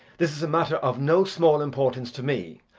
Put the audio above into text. this is a matter of no small importance to me.